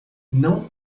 não